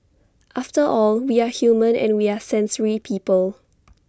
after all we are human and we are sensory people